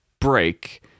break